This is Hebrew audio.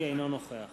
אינו נוכח